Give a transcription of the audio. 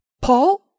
Paul